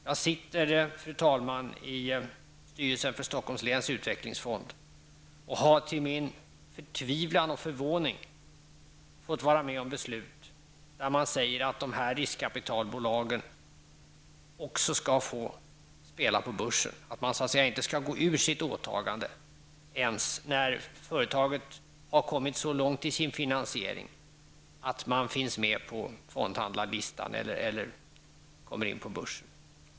Jag sitter, fru talman, i styrelsen för Stockholms läns utvecklingsfond och har till min förtvivlan och förvåning fått vara med om beslut där man säger att dessa riskkapitalbolag också skall få spela på börsen, att de så att säga inte skall gå ur sitt åtagande ens när företaget har kommit så långt i sin finansiering att det finns med på fondhandlarlistan eller kommer in på börsen.